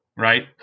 right